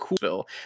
cool